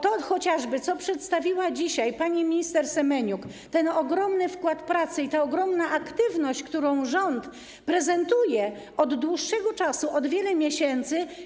To chociażby, co przedstawiła dzisiaj pani minister Semeniuk, ten ogromny wkład pracy i ta ogromna aktywność, którą rząd prezentuje od dłuższego czasu, od wielu miesięcy.